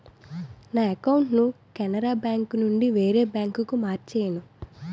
నా అకౌంటును కెనరా బేంకునుండి వేరే బాంకుకు మార్చేను